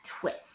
twist